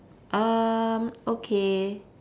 um okay